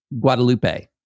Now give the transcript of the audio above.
Guadalupe